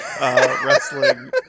wrestling